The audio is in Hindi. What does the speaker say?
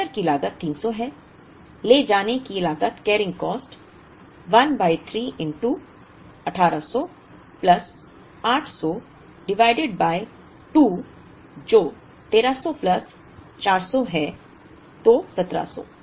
ऑर्डर की लागत 300 है ले जाने की लागत carrying cost 1 by 3 1800 plus 800 divided by 2 जो 1300 प्लस 400 है तो 1700